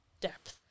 depth